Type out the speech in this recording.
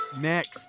Next